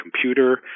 computer